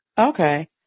Okay